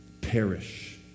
perish